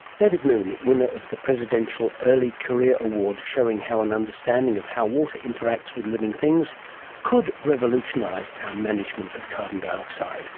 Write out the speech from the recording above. david noone, winner of the presidential early career award, showing how an understanding of how water interacts with living things could revolutionise our management of carbon dioxide